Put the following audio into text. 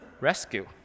rescue